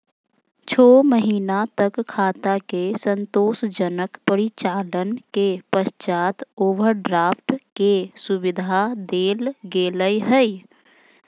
छो महीना तक खाता के संतोषजनक परिचालन के पश्चात ओवरड्राफ्ट के सुविधा देल गेलय हइ